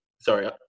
Sorry